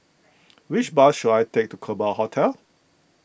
which bus should I take to Kerbau Hotel